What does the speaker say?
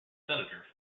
senator